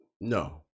No